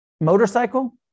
motorcycle